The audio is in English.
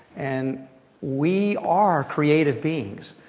and we are creative beings.